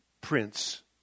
Prince